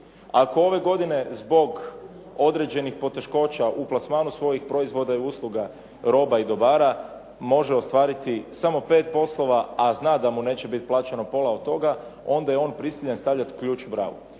ako ove godine zbog određenih poteškoća u plasmanu svojih proizvoda i usluga, roba i dobara može ostvariti samo pet poslova a zna da mu neće biti plaćeno pola od toga onda je on prisiljen stavljati ključ u bravu.